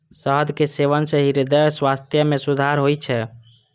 शहद के सेवन सं हृदय स्वास्थ्य मे सुधार होइ छै